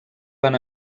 van